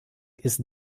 ist